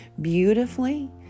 beautifully